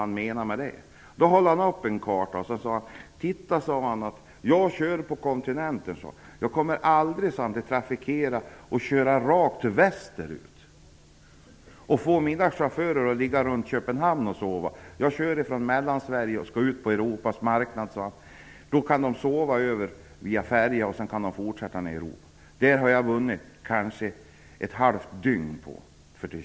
Han sade att de aldrig kommer att köra rakt västerut och låta chaufförerna ligga och sova utanför Köpenhamn. De som kör från Mellansverige ut mot Europas marknader kan sova på färjorna, och därmed vinner de kanske ett halvt dygn.